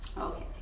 Okay